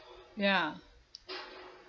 ya